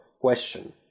question